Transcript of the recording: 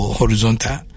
horizontal